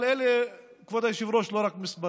אבל אלה, כבוד היושב-ראש, לא רק מספרים.